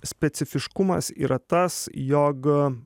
specifiškumas yra tas jog